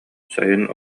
сайын